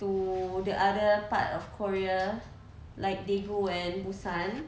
to the other part of korea like daegu and busan